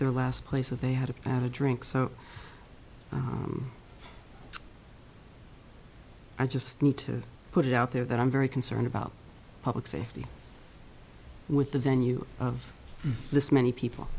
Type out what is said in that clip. their last place that they had to have a drink so i just need to put it out there that i'm very concerned about public safety with the venue of this many